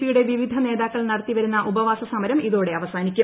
P യുടെ വിവിധ നേതാക്കൾ നടത്തി വരുന്ന ഉപവാസ സമരം ഇതോടെ അവസാനിക്കും